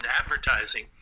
advertising